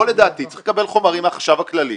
פה לדעתי צריך לקבל חומרים מהחשב הכללי,